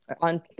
on